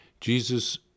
Jesus